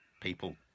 people